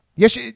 Yes